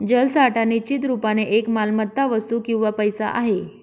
जलसाठा निश्चित रुपाने एक मालमत्ता, वस्तू किंवा पैसा आहे